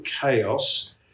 chaos